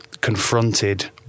confronted